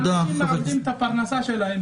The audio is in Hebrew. האנשים מאבדים את הפרנסה שלהם.